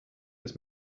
des